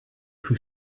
who